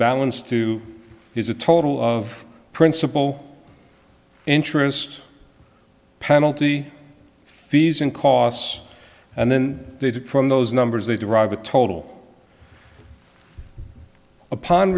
balance to is a total of principal interest penalty fees and costs and then they took from those numbers they derive a total upon